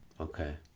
Okay